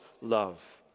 love